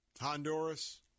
Honduras